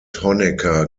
honecker